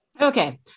Okay